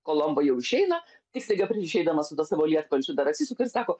kolomba jau išeina tik staiga prieš išeidamas su ta savo lietpalčiu dar atsisuka ir sako